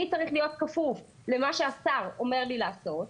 אני צריך להיות כפוף למה שהשר אומר לי לעשות,